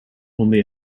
only